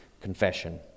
confession